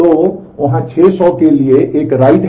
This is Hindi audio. तो वहाँ 600 के लिए एक राइट है